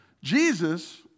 Jesus